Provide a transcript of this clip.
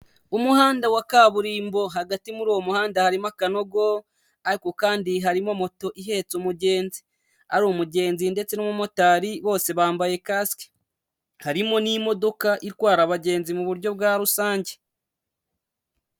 Umuhanda wa kaburimbo, hagati muri uwo muhanda harimo akanogo, ariko kandi harimo moto ihetse umugenzi, ari umugenzi ndetse n'umumotari bose bambaye kasike, harimo n'imodoka itwara abagenzi mu buryo bwa rusange.